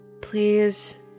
Please